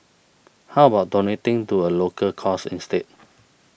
how about donating to a local cause instead